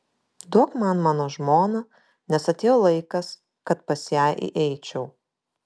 duok man mano žmoną nes atėjo laikas kad pas ją įeičiau